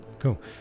Cool